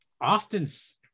Austin's